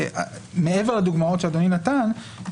מעבר לדוגמאות שאדוני נתן,